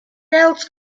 else